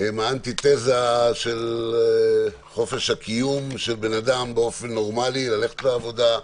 הן אנטי-תיזה לחופש הקיום של בן אדם באופן נורמלי ללכת לעבודה,